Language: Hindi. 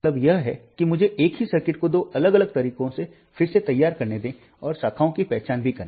मेरा मतलब यह है कि मुझे एक ही सर्किट को दो अलग अलग तरीकों से फिर से तैयार करने दें और शाखाओं की पहचान भी करें